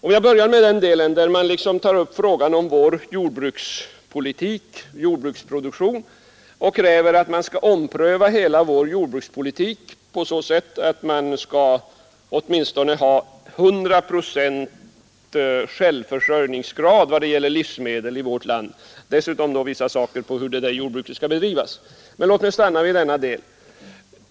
Om jag nu börjar med den del där man tar upp frågan om vår jordbrukspolitik och vår jordbruksproduktion, så kräver man i motionen att hela jordbrukspolitiken skall omprövas så att vi skall ha åtminstone 100 procents självförsörjningsgrad vad gäller livsmedel i vårt land. Dessutom framläggs olika synpunkter på hur jordbruket skall bedrivas. Jag vill helt kort stanna vid denna del.